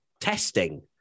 testing